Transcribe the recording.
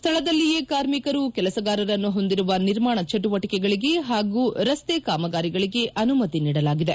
ಸ್ನಳದಲ್ಲಿಯೇ ಕಾರ್ಮಿಕರು ಕೆಲಸಗಾರರನ್ನು ಹೊಂದಿರುವ ನಿರ್ಮಾಣ ಚಟುವಟಿಕೆಗಳಿಗೆ ಹಾಗೂ ರಸ್ತೆ ಕಾಮಗಾರಿಗಳಿಗೆ ಅನುಮತಿ ನೀಡಲಾಗಿದೆ